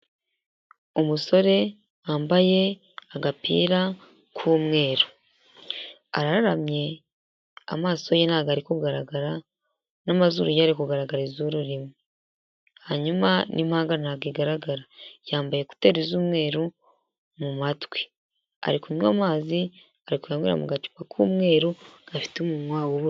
Umusore wambaye agapira k'umweru, arararamye amaso ye ntabwo ari kugaragara n'amazuru ye ari kugaragara izuru rimwe, hanyuma n'impanga ntago igaragara, yambaye ekuteri z'umweru mu matwi, ari kunywa amazi ari kuyanywera mu gacupa k'umweru gafite umunwa w'ubururu.